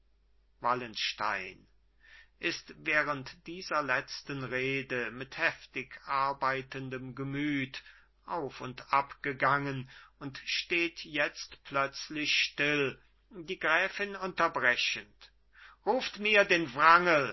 wallenstein ist während dieser letzten rede mit heftig arbeitendem gemüt auf und ab gegangen und steht jetzt plötzlich still die gräfin unterbrechend ruft mir den wrangel